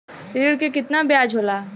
ऋण के कितना ब्याज होला?